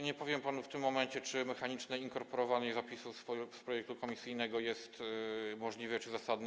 Nie powiem panu w tym momencie, czy mechaniczne inkorporowanie zapisów z projektu komisyjnego jest możliwe czy zasadne.